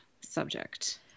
subject